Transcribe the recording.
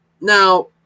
now